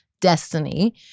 destiny